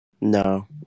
No